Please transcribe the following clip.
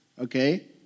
okay